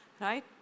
right